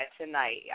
tonight